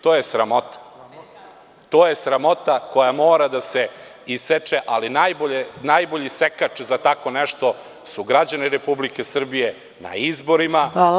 To je sramota koja mora da se iseče, ali najbolji sekač za tako nešto su građani Republike Srbije na izborima.